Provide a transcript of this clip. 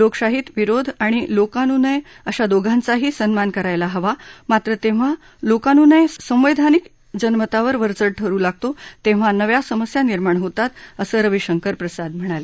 लोकशाहीत विरोध आणि लोकानुनय अशा दोघांचाही सन्मान करायला हवा मात्र जेव्हा लोकानुनय संवध्यानिक जनमतावर वरचढ ठरू लागतो तेव्हा नव्या समस्या निर्माण होतात असं रविशंकर प्रसाद म्हणाले